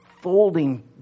folding